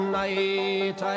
night